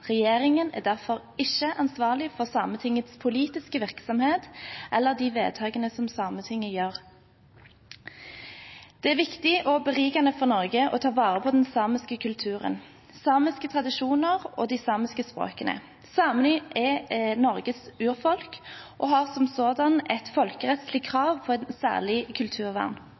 Regjeringen er derfor ikke ansvarlig for Sametingets politiske virksomhet eller de vedtakene som Sametinget gjør. Det er viktig og berikende for Norge å ta vare på den samiske kulturen, samiske tradisjoner og de samiske språkene. Samene er Norges urfolk og har som sådan et folkerettslig krav på et særlig kulturvern.